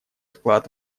вклад